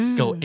go